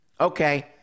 Okay